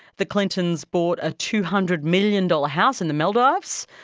the clintons bought a two hundred million dollars house in the maldives.